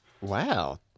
Wow